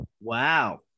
Wow